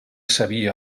sabia